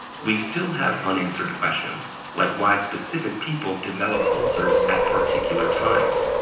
we still have unanswered questions, like why specific people develop ulcers at particular times.